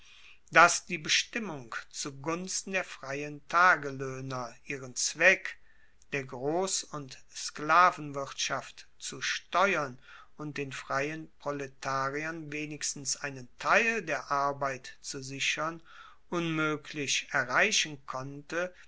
dass die bestimmung zu gunsten der freien tageloehner ihren zweck der gross und sklavenwirtschaft zu steuern und den freien proletariern wenigstens einen teil der arbeit zu sichern unmoeglich erreichen konnte